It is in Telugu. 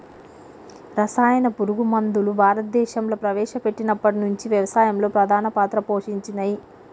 రసాయన పురుగు మందులు భారతదేశంలా ప్రవేశపెట్టినప్పటి నుంచి వ్యవసాయంలో ప్రధాన పాత్ర పోషించినయ్